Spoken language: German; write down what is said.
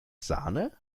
sahne